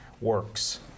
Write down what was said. works